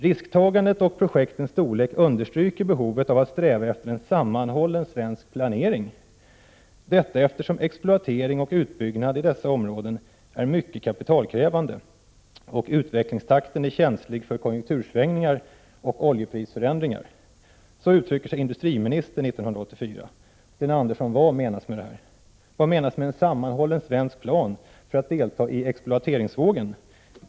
Risktagandet och projektens storlek understryker behovet av att sträva efter en sammanhållen svensk planering. -—-—- Detta eftersom exploatering och utbyggnad i dessa områden är mycket kapitalkrävande och utvecklingstakten är känslig för konjunktursvängningar och oljeprisförändringar.” Så uttryckte sig industriministern 1984. Sten Andersson, vad menas med det här? Vad menas med en sammanhållen svensk plan för att delta i exploateringsvågen?